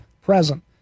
present